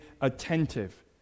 attentive